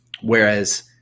Whereas